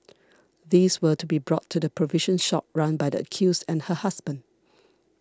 these were to be brought to the provision shop run by the accused and her husband